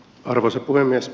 arvoisa puhemies